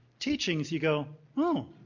teachings, you go, oh,